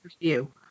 review